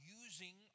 using